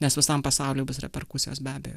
nes visam pasauliui bus yra perkusijos be abejo